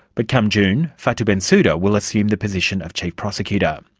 but come june, fatou bensouda will assume the position of chief prosecutor.